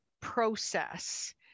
process